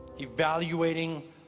evaluating